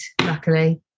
luckily